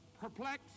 perplexed